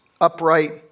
upright